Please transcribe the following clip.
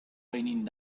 raining